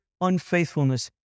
unfaithfulness